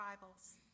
Bibles